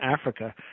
Africa